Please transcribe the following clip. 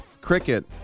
cricket